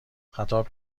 خطاب